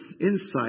insight